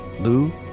Lou